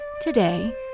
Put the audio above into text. Today